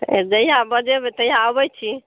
जहिया बजेबै तहिया अबै छी